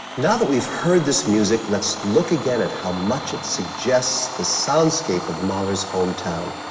now that we've heard this music, let's look again at how much it suggests the soundscape of mahler's hometown.